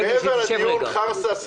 מעבר לדיון על חרסה,